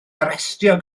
arestio